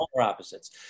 opposites